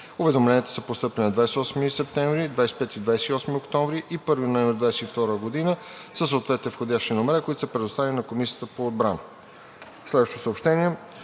Уведомленията са постъпили на 28 септември, 25 и 28 октомври и 1 ноември 2022 г., със съответни входящи номера, които са предоставени на Комисията по отбрана. Следващо съобщение.